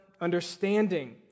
understanding